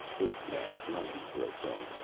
ape-man grundy broke in.